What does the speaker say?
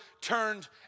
turned